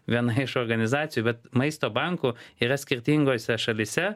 viena iš organizacijų bet maisto bankų yra skirtingose šalyse